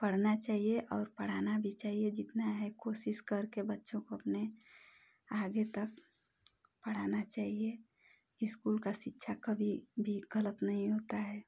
पढ़ना चाहिए और पढ़ाना भी चाहिए जितना है कोशिश करके बच्चों को अपने आगे तक पढ़ना चाहिए स्कूल का शिक्षा कभी भी गलत नहीं होता है